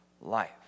life